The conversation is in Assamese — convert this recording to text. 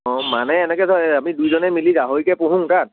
অ মানে এনেকৈ ধৰক আমি দুয়োজনে মিলি গাহৰিকে পুহোঁ তাত